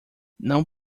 não